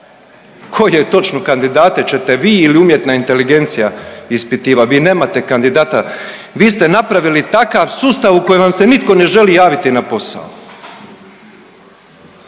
Koje točno kandidate ćete vi ili umjetna inteligencija ispitivati? Vi nemate kandidata. Vi ste napravili takav sustav u kojem vam se nitko ne želi javiti na posao.